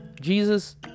Jesus